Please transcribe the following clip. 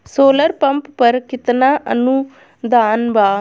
Solar pump पर केतना अनुदान बा?